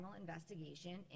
investigation